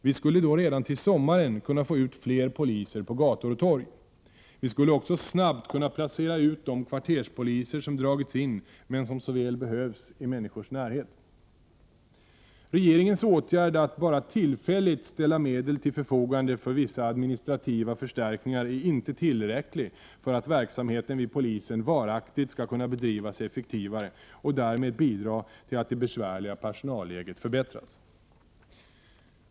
Vi skulle då redan till sommaren kunna få ut fler poliser på gator och torg. Vi skulle också snabbt kunna placera ut de kvarterspoliser som dragits in men som så väl behövs i människors närhet. Regeringens åtgärd att bara tillfälligt ställa medel till förfogande för vissa administrativa förstärkningar är inte tillräcklig för att verksamheten vid polisen varaktigt skall kunna bedrivas effektivare och därmed bidra till att det besvärliga personalläget förbättras.